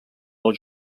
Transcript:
del